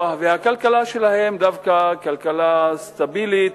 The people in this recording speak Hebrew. והכלכלה שלהן דווקא כלכלה סטבילית.